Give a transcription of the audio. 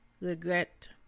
Regret